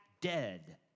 dead